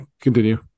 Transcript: continue